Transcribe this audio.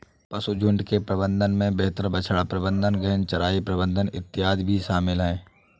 पशुझुण्ड के प्रबंधन में बेहतर बछड़ा प्रबंधन, गहन चराई प्रबंधन इत्यादि भी शामिल है